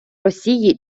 росії